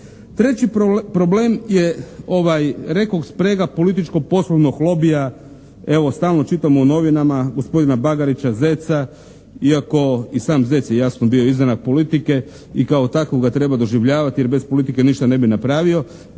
Treći problem je rekoh sprega političko-poslovnog lobija evo stalno čitamo u novinama, gospodina Bagarića Zeca iako i sam Zec je jasno bio izdanak politike i kao takvog ga treba doživljavati, jer bez politike ništa ne bi napravio.